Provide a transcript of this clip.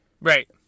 Right